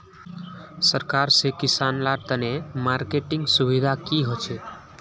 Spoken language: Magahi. सरकार से किसान लार तने मार्केटिंग सुविधा की होचे?